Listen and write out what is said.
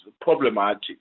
problematic